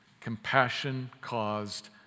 Compassion-caused